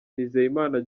nizeyimana